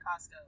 Costco